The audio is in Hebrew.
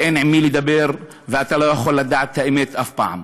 ואין עם מי לדבר ואתה לא יכול לדעת את האמת אף פעם.